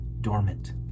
dormant